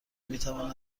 میتواند